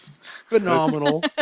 Phenomenal